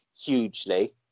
hugely